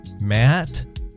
Matt